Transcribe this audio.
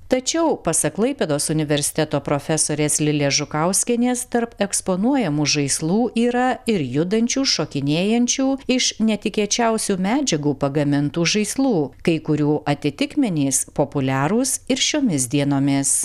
tačiau pasak klaipėdos universiteto profesorės lilės žukauskienės tarp eksponuojamų žaislų yra ir judančių šokinėjančių iš netikėčiausių medžiagų pagamintų žaislų kai kurių atitikmenys populiarūs ir šiomis dienomis